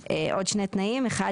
עוד שני תנאים: 1,